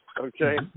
okay